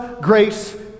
grace